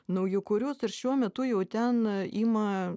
naujakurius ir šiuo metu jau ten ima